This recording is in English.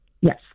Yes